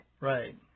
Right